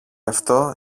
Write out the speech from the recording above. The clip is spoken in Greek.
αυτό